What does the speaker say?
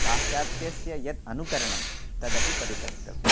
पाश्चात्यस्य यद् अनुकरणं तदपि परित्यक्तव्यं